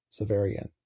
Severian